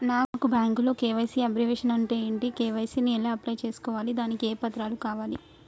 నాకు బ్యాంకులో KYC abbreviation అంటే ఏంటి కే.వై.సీ ని ఎలా అప్లై చేసుకోవాలి దానికి ఏ పత్రాలు కావాలి?